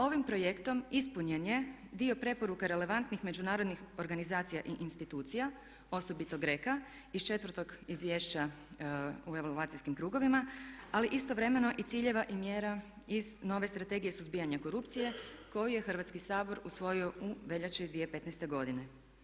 Ovim projektom ispunjen je dio preporuka relevantnih međunarodnih organizacija i institucija, osobito GRECO-a iz četvrtog izvješća u evaluacijskim krugovima ali istovremeno i ciljeva i mjera iz nove Strategije suzbijanja korupcije koju je Hrvatski sabor usvojio u veljači 2015. godine.